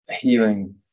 healing